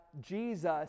Jesus